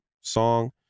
song